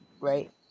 right